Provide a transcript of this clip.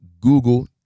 google